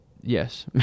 yes